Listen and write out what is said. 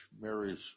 Mary's